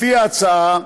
לפי ההצעה,